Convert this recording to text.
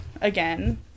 Again